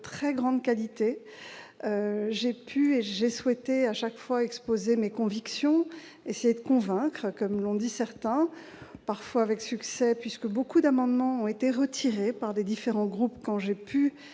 de très grande qualité. J'ai souhaité et j'ai pu chaque fois exposer mes convictions- essayer de convaincre, comme l'ont dit certains -, parfois avec succès d'ailleurs, puisque nombre d'amendements ont été retirés par différents groupes quand j'ai pu